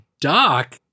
doc